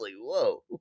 whoa